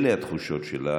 אלה התחושות שלה.